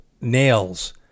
NAILS